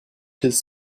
his